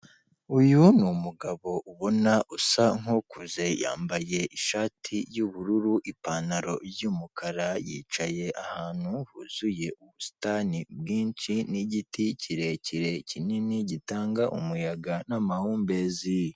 Uyu ni umugabo ubona usa nk'ukuze, yambaye ishati yubururu, ipantaro y'umukara, yicaye ahantu huzuye ubusitani bwinshi n'igiti kirekire kinini gitanga umuyaga n'amahumbezi.